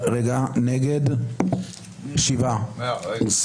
הצבעה לא